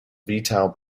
vital